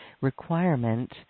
requirement